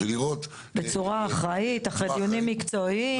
בצורה אחראית, אחרי דיונים מקצועיים.